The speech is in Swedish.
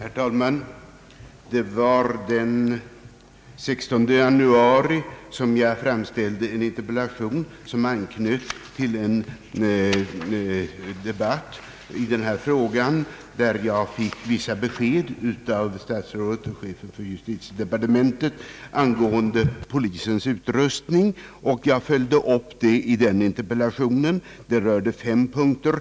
Herr talman! Det var den 16 januari som jag framställde en interpellation som anknöt till en debatt förra året i denna fråga, där jag fick vissa besked av statsrådet och chefen för justitiedepartementet angående polisens utrustning. Jag följde upp saken i interpellationen, som innehöll fem punkter.